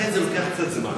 לכן זה לוקח קצת זמן,